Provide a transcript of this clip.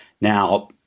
Now